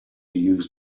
use